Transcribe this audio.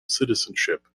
citizenship